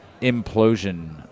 implosion